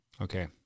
Okay